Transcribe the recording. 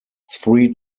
three